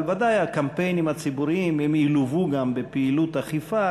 אבל ודאי שאם הקמפיינים הציבוריים ילוו גם בפעילות אכיפה,